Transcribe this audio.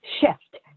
shift